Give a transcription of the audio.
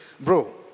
bro